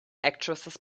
actresses